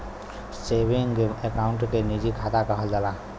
सेवींगे account के निजी खाता कहल जाला